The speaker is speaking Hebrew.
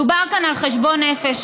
דובר כאן על חשבון נפש,